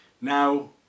Now